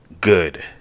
good